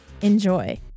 Enjoy